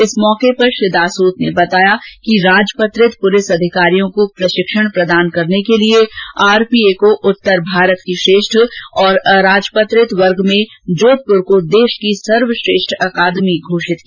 इस मौके पर श्री दासोत ने बताया कि राजपत्रित पुलिस अधिकारियों को प्रशिक्षण प्रदान करने के लिये आरपीए को उत्तर भारत की श्रेष्ठ और अरोजपत्रित वर्ग में जोधप्र को देश की सर्वश्रेष्ठ अकादमी घोषित किया गया है